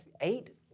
Eight